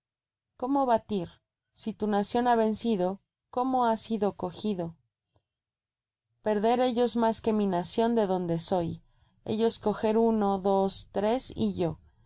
cómo batir si tu nacion ha vencido cómo has sido cogido perder ellos mas que mi nacion de donde soy ellos coger uno dos tres y yo